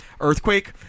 Earthquake